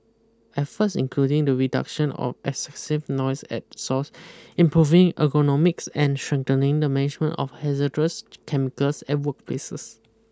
efforts including the reduction of excessive noise at source improving ergonomics and strengthening the management of hazardous chemicals at workplaces